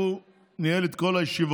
הוא ניהל את כל הישיבות,